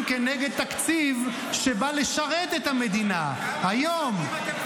כנגד תקציב שבא לשרת את המדינה היום?